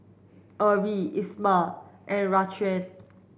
Erie Ismael and Raquan